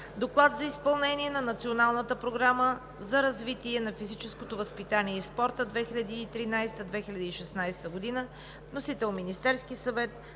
Доклад за изпълнение на Националната програма за развитие на физическото възпитание и спорта 2013 – 2016 г. Вносител е Министерският съвет.